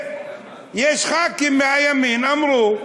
יש ח"כים מהימין שאמרו,